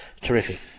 terrific